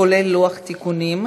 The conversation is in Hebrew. כולל לוח התיקונים,